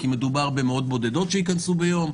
כי מדובר במאות בודדות שייכנסו ביום,